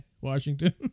Washington